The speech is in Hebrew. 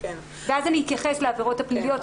ואז אני אתייחס לעבירות הפליליות,